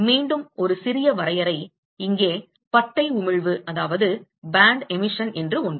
மீண்டும் ஒரு சிறிய வரையறை இங்கே பட்டை உமிழ்வு என்று ஒன்று